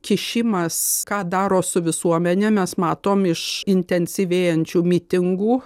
kišimas ką daro su visuomene mes matom iš intensyvėjančių mitingų